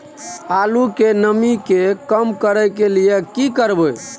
आलू के नमी के कम करय के लिये की करबै?